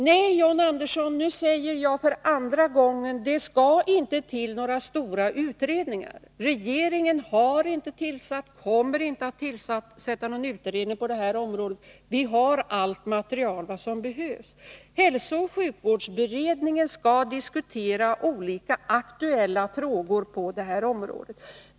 Nej, John Andersson, nu säger jag för andra gången att det inte skall till några stora utredningar. Regeringen har inte tillsatt och kommer inte att tillsätta någon utredning på detta område. Vi har allt material som behövs. Hälsooch sjukvårdsberedningen skall diskutera olika aktuella frågor på detta område.